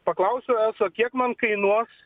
paklausiau eso kiek man kainuos